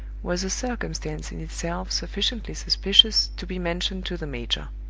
was a circumstance in itself sufficiently suspicious to be mentioned to the major.